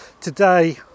today